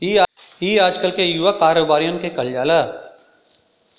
ई आजकल के युवा कारोबारिअन के कहल जाला